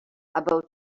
about